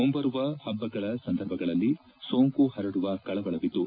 ಮುಂಬರುವ ಹಭಗಳ ಸಂದರ್ಭಗಳಲ್ಲಿ ಸೋಂಕು ಹರಡುವ ಕಳವಳವಿದ್ದು